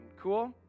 Cool